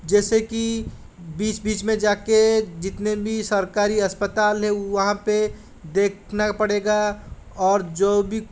जैसे कि बीच बीच में जा कर जितने भी सरकारी अस्पताल हैं वहाँ पर देखना पड़ेगा और जो भी